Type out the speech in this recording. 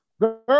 Girl